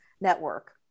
network